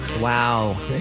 wow